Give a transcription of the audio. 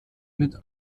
mit